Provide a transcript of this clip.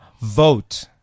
vote